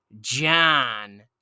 John